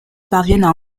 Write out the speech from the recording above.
parviennent